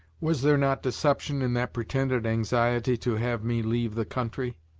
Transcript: was there not deception in that pretended anxiety to have me leave the country?